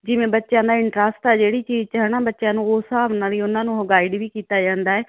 ਜਿਵੇਂ ਬੱਚਿਆਂ ਦਾ ਇੰਟਰਸਟ ਆ ਜਿਹੜੀ ਚੀਜ਼ 'ਚ ਹੈਨਾ ਬੱਚਿਆਂ ਨੂੰ ਉਸ ਹਿਸਾਬ ਨਾਲ ਹੀ ਉਹਨਾਂ ਨੂੰ ਗਾਈਡ ਵੀ ਕੀਤਾ ਜਾਂਦਾ ਹੈ